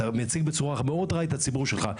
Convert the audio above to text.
אתה מייצג בצורה מאוד רעה את הציבור שלך,